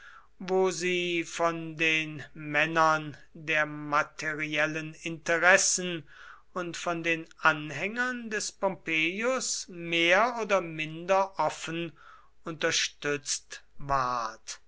wo sie von den männern der materiellen interessen und von den anhängern des pompeius mehr oder minder offen unterstützt ward